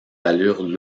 allures